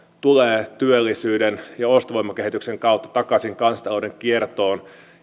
tulee työllisyyden ja ostovoimakehityksen kautta takaisin kansantalouden kiertoon